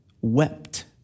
wept